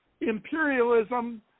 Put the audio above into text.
imperialism